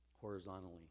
horizontally